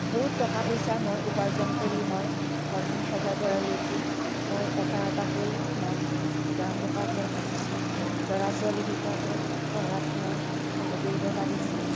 বহুত টকা পইচা মই উপাৰ্জন কৰি মই ঘৰখন সজাই পৰাই লৈছোঁ মই এটা এটাকৈ মই দুটা পকা ঘৰ সাজিছোঁ ল'ৰা ছোৱালীকেইটাকো পঢ়াত মই সহায় কৰিব পাৰিছোঁ